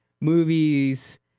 movies